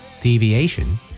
deviation